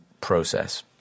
process